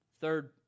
Third